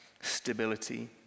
stability